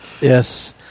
Yes